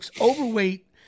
overweight